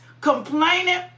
Complaining